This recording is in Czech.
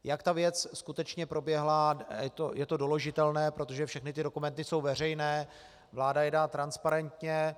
Jak ta věc skutečně proběhla, je to doložitelné, protože všechny ty dokumenty jsou veřejné, vláda jedná transparentně.